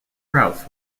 krauss